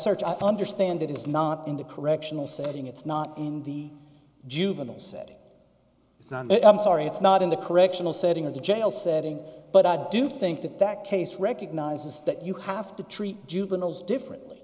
search i understand it is not in the correctional setting it's not in the juvenile setting it's not that i'm sorry it's not in the correctional setting of the jail setting but i do think that that case recognizes that you have to treat juveniles differently